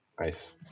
Nice